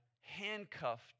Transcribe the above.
handcuffed